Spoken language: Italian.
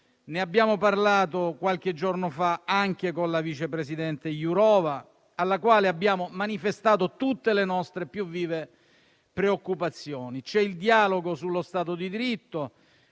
Ne abbiamo parlato qualche giorno fa anche con la vice presidente Jurova, alla quale abbiamo manifestato tutte le nostre più vive preoccupazioni. C'è il dialogo sullo Stato di diritto,